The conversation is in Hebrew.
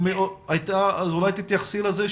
אולי תתייחסי לזה,